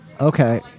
Okay